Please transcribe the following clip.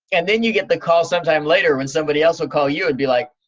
and then you get the call sometime later when somebody else would call you, and be like,